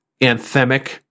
anthemic